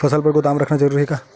फसल बर गोदाम रखना जरूरी हे का?